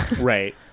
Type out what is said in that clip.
right